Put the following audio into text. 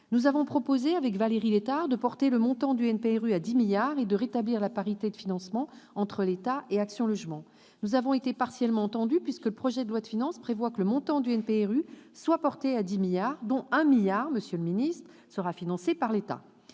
Nous avons proposé, avec Valérie Létard, de porter le montant du NPNRU à 10 milliards d'euros et de rétablir la parité de financement entre l'État et Action Logement. Nous avons été partiellement entendues, puisque le projet de loi de finances prévoit que le montant du NPNRU soit porté à 10 milliards d'euros, dont un milliard d'euros, monsieur le ministre, sera financé par l'État.